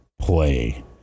play